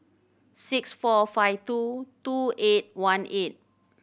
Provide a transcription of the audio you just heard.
six four five two two eight one eight